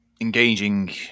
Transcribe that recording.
Engaging